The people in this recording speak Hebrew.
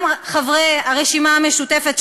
גם חברי הרשימה המשותפת,